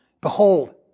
Behold